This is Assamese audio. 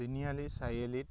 তিনিআলি চাৰিআলিত